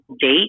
date